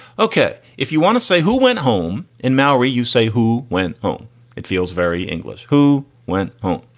ok. if you want to say who went home in maori, you say who went home it feels very english. who went home.